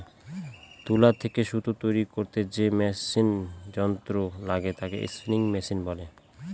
তুলা থেকে সুতা তৈরী করতে হলে যে যন্ত্র লাগে তাকে স্পিনিং মেশিন বলে